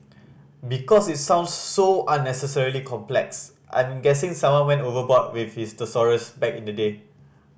because it sounds so unnecessarily complex I'm guessing someone went overboard with his thesaurus back in the day